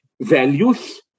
values